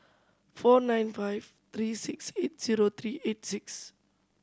four nine five three six eight zero three eight six